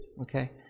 Okay